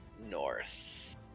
north